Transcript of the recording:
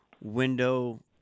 window